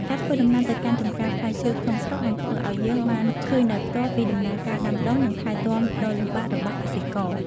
ការធ្វើដំណើរទៅកាន់ចម្ការផ្លែឈើក្នុងស្រុកនឹងធ្វើឱ្យយើងបានឃើញដោយផ្ទាល់ពីដំណើរការដាំដុះនិងថែទាំដ៏លំបាករបស់កសិករ។